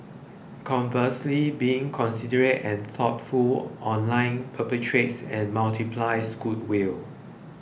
conversely being considerate and thoughtful online perpetuates and multiplies goodwill